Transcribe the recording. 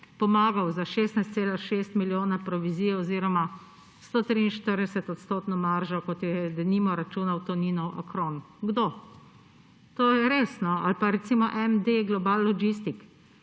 pomagal s 16,6 milijona provizije oziroma 143-odstotno maržo, kot jo je denimo računal Toninov Acron. Kdo? To je res, no. Ali pa recimo MD GLOBAL Logistics,